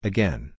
Again